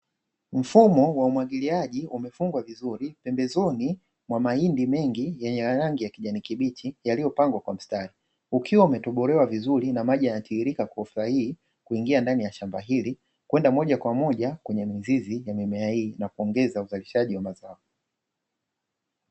Mfumo wa umwagiliaji umefungwa vizuri, pembezoni mwa mahindi mengi yenye rangi ya kijani kibichi yaliyopangwa kwa mstari. Ukiwa umetobolewa vizuri na maji yanatiririka kwa haraka hii, kuingia ndani ya shamba hili, kwenda moja kwa moja kwenye mizizi ya mimea hii na kuongeza uzalishaji wa mazao.